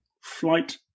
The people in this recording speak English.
flight-